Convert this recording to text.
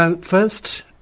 First